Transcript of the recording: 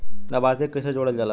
लभार्थी के कइसे जोड़ल जाला?